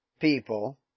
people